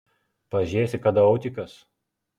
pažėsi kada autikas